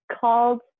called